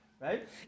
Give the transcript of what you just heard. right